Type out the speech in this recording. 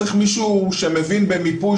צריך מישהו שמבין במיפוי,